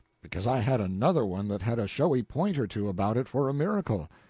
because i had another one that had a showy point or two about it for a miracle.